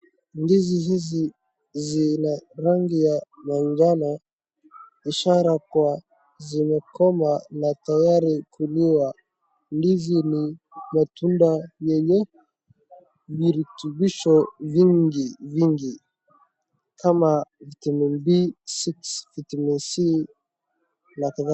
Ndizi hizi zina rangi ya majano ishara kuwa zimekoma na tayari kuliwa. Ndizi ni matunda yenye virutubisho vingi kama vitamin B6, vitamin C na kadhalika.